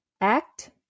act